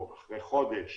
או אחרי חודש,